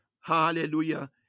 hallelujah